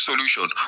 solution